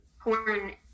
porn